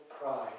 pride